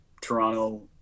Toronto